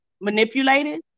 manipulated